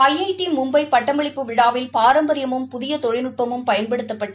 I I T Mumbai பட்டமளிப்பு விழா வில் பாரம்பரியமும் புதிய தொழில்நுட்பமும் பயன்படுத்தப்பட்டு